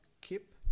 keep